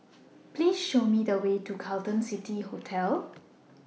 Please Show Me The Way to Carlton City Hotel